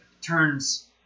turns